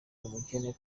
umukene